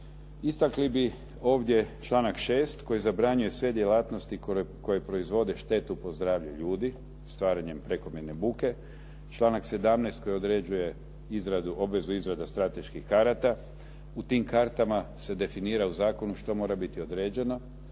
Istakli bi ovdje članak 6. koji zabranjuje sve djelatnosti koje proizvode štetu po zdravlje ljudi stvaranjem prekomjerne buke, članak 17. koji određuje obvezu izrada strateških karata. U tim kartama se definira u zakonu što mora biti određeno,